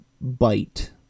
bite